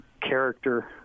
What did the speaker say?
character